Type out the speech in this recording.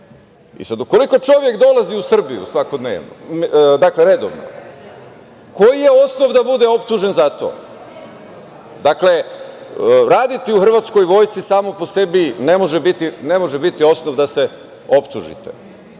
i sad ukoliko čovek dolazi u Srbiju redovno, koji je osnov da bude optužen za to? Dakle, raditi u hrvatskoj vojsci samo po sebi ne može biti osnov da se optužite.